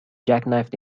jackknifed